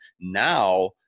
now